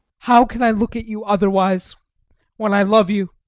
how can i look at you otherwise when i love you?